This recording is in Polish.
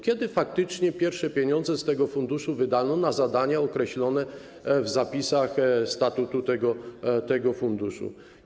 Kiedy faktycznie pierwsze pieniądze z tego funduszu wydano na zadania określone w zapisach statutu tego funduszu?